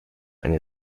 eine